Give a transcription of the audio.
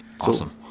Awesome